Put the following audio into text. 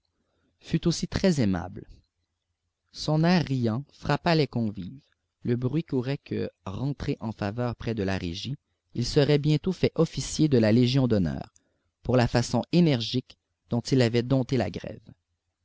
fut aussi très aimable son air riant frappa les convives le bruit courait que rentré en faveur près de la régie il serait bientôt fait officier de la légion d'honneur pour la façon énergique dont il avait dompté la grève